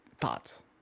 Thoughts